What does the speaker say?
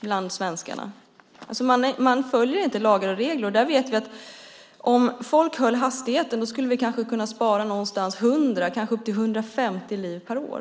Man följer alltså inte lagar och regler. Vi vet att om folk höll hastigheten skulle vi kanske kunna spara 100 eller upp till 150 liv per år.